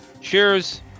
Cheers